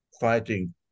fighting